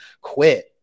quit